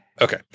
okay